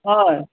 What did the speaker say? হয়